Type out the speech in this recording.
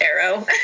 arrow